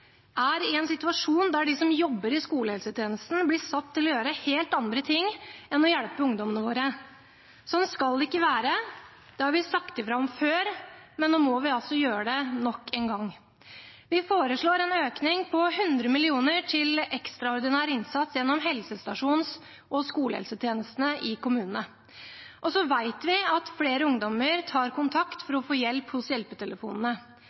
er i en situasjon der de som jobber i skolehelsetjenesten, blir satt til å gjøre helt andre ting enn å hjelpe ungdommene våre. Sånn skal det ikke være. Det har vi sagt ifra om før, men nå må vil altså gjøre det nok en gang. Vi foreslår en økning på 100 mill. kr til en ekstraordinær innsats gjennom helsestasjons- og skolehelsetjenestene i kommunene. Og så vet vi at flere ungdommer tar kontakt for å få hjelp hos hjelpetelefonene.